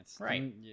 right